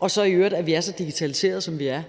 det i øvrigt om, at vi er så digitaliserede, som vi er.